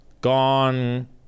gone